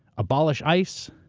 abolish ice.